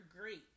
great